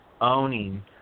owning